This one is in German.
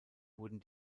wurden